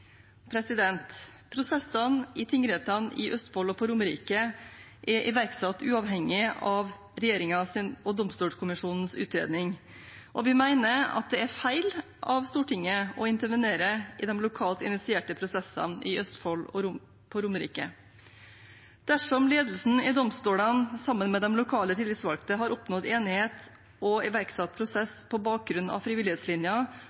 Prosessene i tingrettene i Østfold og på Romerike er iverksatt uavhengig av regjeringens og Domstolkommisjonens utredning, og vi mener det er feil av Stortinget å intervenere i de lokalt initierte prosessene i Østfold og på Romerike. Dersom ledelsen ved domstolene sammen med de lokalt tillitsvalgte har oppnådd enighet og iverksatt